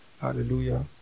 Hallelujah